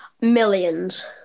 Millions